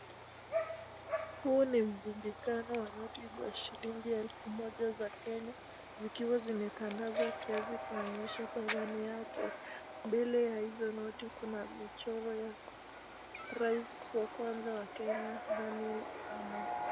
Huu ni mrundikano wa noti za shilingi elfu moja za Kenya, zikiwa zimetandazwa kiasi kuonyesha kwamba ni yake mbele ya hizo noti kuna michoro ya rais wa kwanza wa Kenya, Daniel Arap Moi.